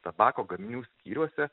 tabako gaminių skyriuose